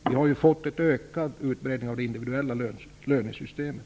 Det har skett en ökad utbredning av det individuella lönesystemet.